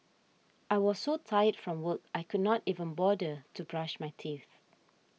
I was so tired from work I could not even bother to brush my teeth